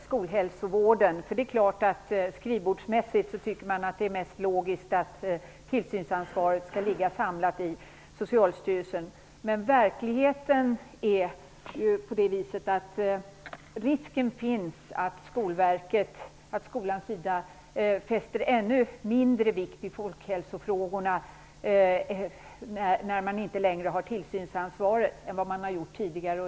Fru talman! Mitt inlägg gäller skolhälsovården. Skrivbordsmässigt är det mest logiskt att tillsynsansvaret skall ligga samlat hos Socialstyrelsen. Men i verkligheten finns det en risk att Skolverket fäster ännu mindre vikt vid folkhälsofrågorna än man har gjort tidigare, när man inte längre har tillsynsansvaret.